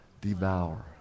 devour